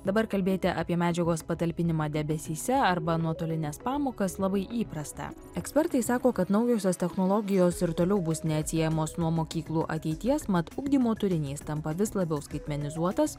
dabar kalbėti apie medžiagos patalpinimą debesyse arba nuotolines pamokas labai įprasta ekspertai sako kad naujosios technologijos ir toliau bus neatsiejamos nuo mokyklų ateities mat ugdymo turinys tampa vis labiau skaitmenizuotas